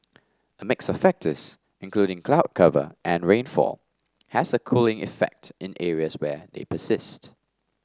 a mix of factors including cloud cover and rainfall has a cooling effect in areas where they persist